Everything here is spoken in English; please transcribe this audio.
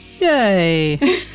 Yay